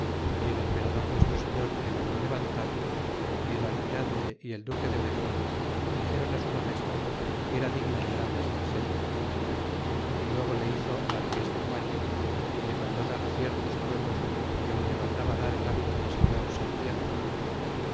y el emperador nuestro señor le mandó levantar y el almirante y el duque dellejar dixeron á su magestad que era digno de grandes mercedes y luego le hizo marques del valle y le mandó dar ciertos pueblos y aun le mandaba dar el hbito de señor